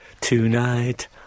Tonight